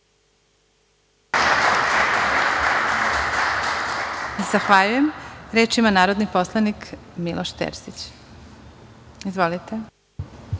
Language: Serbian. Zahvaljujem. Reč ima narodni poslanik Miloš Terzić. **Miloš